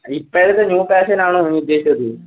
ഇപ്പഴത്തെ new fashion ആണോ നിങ്ങൾ ഉദ്ദേശിച്ചത്